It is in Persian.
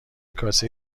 کاسه